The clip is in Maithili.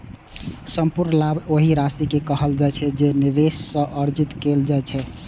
संपूर्ण लाभ ओहि राशि कें कहल जाइ छै, जे निवेश सं अर्जित कैल जाइ छै